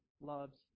loves